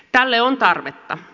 tälle on tarvetta